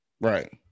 right